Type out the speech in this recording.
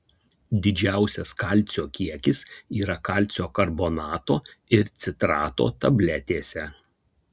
didžiausias kalcio kiekis yra kalcio karbonato ir citrato tabletėse